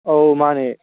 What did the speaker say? ꯑꯧ ꯃꯥꯅꯦ